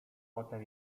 potem